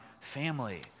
family